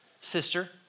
sister